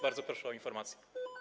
Bardzo proszę o informację.